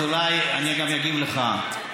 אז אולי אני גם אגיב לך.